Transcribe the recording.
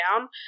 down